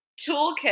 toolkit